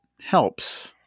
helps